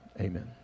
amen